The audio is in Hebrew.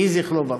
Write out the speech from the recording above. יהי זכרו ברוך.